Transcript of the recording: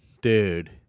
Dude